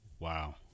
Wow